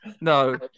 no